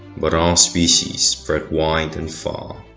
but our species spread wide and far